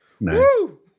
Woo